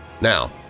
Now